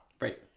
Right